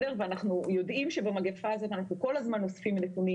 אנחנו יודעים שבמגפה הזאת אנחנו כל הזמן אוספים נתונים